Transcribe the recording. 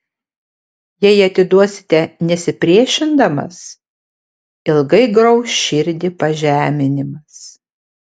jei atiduosite nesipriešindamas ilgai grauš širdį pažeminimas